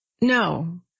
No